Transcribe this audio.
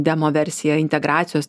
demo versiją integracijos